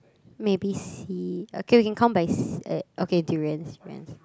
maybe see okay we count by see~ uh okay durians durians